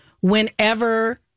whenever